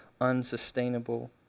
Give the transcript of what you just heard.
unsustainable